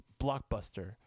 blockbuster